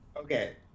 Okay